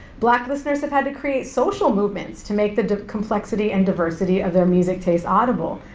black listeners have had to create social movements to make the complexity and diversity of their music tastes audible.